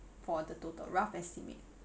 for the total rough estimate